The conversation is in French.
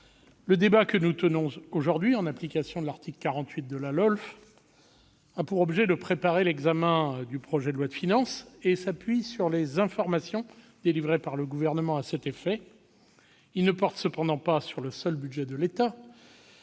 le débat que nous tenons aujourd'hui, en application de l'article 48 de la LOLF, a pour objet de préparer l'examen du projet de loi de finances ; il s'appuie sur les informations délivrées par le Gouvernement à cet effet. Il ne porte toutefois pas sur le seul budget de l'État,